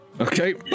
Okay